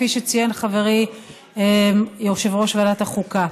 כפי שציין חברי יושב-ראש ועדת החוקה.